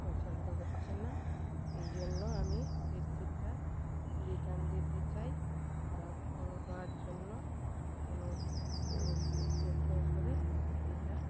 পছন্দ হচ্ছে না এই জন্য আমি বেডশিটটা রিটার্ন দিতে চাই খারাপ হওয়ার জন্য কোনো অনুগ্রহ করে এটা